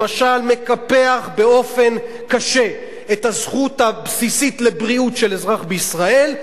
למשל מקפח באופן קשה את הזכות הבסיסית לבריאות של אזרח בישראל,